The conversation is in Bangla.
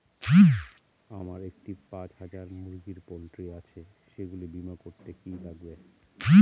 আমার একটি পাঁচ হাজার মুরগির পোলট্রি আছে সেগুলি বীমা করতে কি লাগবে?